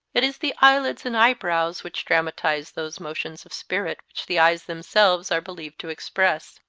it is the eyelids and eyebrows which dramatize those motions of spirit which the eyes themselves are believed to express.